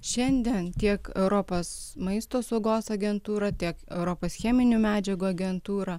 šiandien tiek europos maisto saugos agentūra tiek europos cheminių medžiagų agentūra